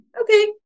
okay